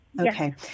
Okay